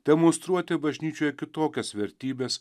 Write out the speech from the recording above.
demonstruoti bažnyčioje kitokias vertybes